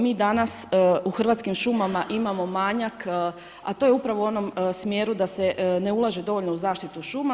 Mi danas u Hrvatskim šumama, mi imamo manjak, a to je upravo u onom smjeru da se ne ulaže dovoljno u zaštitu šuma.